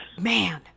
Man